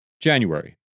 January